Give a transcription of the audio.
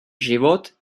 život